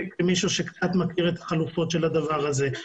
כמישהו שקצת מכיר את החלופות של הדבר הזה.